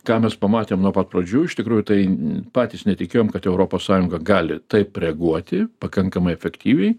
ką mes pamatėm nuo pat pradžių iš tikrųjų tai patys netikėjom kad europos sąjunga gali taip reaguoti pakankamai efektyviai